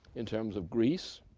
in terms of greece,